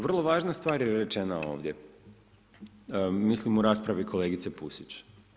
Vrlo važna stvar je rečena ovdje, mislim u raspravi kolegice Pusić.